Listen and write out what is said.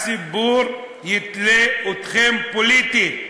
הציבור יתלה אתכם פוליטית,